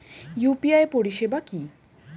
UPI পরিষেবা কি?